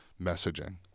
messaging